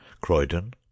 Croydon